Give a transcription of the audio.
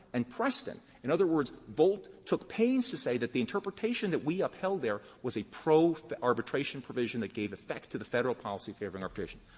and preston. in other words, volt took pains to say that the interpretation that we upheld there was a pro arbitration provision that gave effect to the federal policy favoring arbitration.